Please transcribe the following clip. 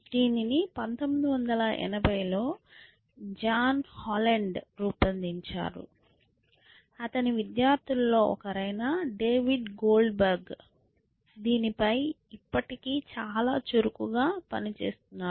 దీనిని 1980 లో John Holland రూపొందించారు అతని విద్యార్థులలో ఒకరైన డేవిడ్ గోల్డ్బెర్గ్ దీని పై ఇప్పటికీ చాలా చురుకుగా పని చేస్తున్నారు